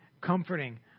comforting